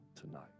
tonight